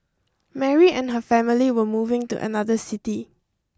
Mary and her family were moving to another city